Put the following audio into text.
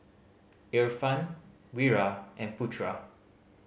Irfan Wira and Putra